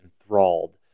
enthralled